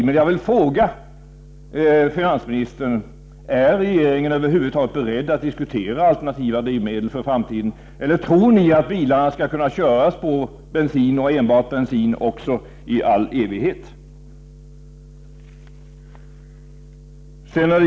Men jag vill fråga finansministern: Är regeringen över huvud taget beredd att diskutera alternativa drivmedel för framtiden, eller tror ni att bilarna skall kunna köras på bensin, och enbart bensin, i all evighet?